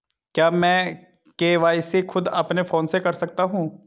क्या मैं के.वाई.सी खुद अपने फोन से कर सकता हूँ?